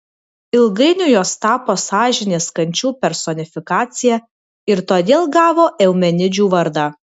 ilgainiui jos tapo sąžinės kančių personifikacija ir todėl gavo eumenidžių vardą